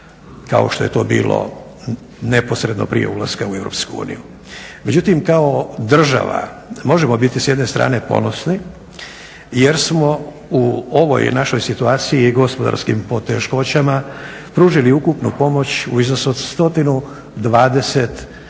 kao što je to bilo neposredno prije ulaska u EU. Međutim kao država možemo biti s jedne strane ponosni jer smo u ovoj našoj situaciji i gospodarskim poteškoćama pružili ukupnu pomoć u iznosu od 125 milijuna